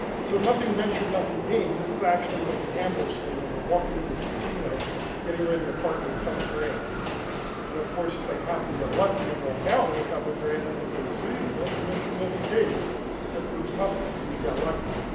so nothing ventured, nothing gained, this is actually what the gamblers say when they're walking into the casino getting ready to part with a couple of grand. and of course, if they happen to get lucky and walk out with a couple of grand then they say, see, nothing ventured, nothing gained that proves nothing, it means you got lucky.